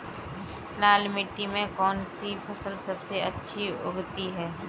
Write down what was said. लाल मिट्टी में कौन सी फसल सबसे अच्छी उगती है?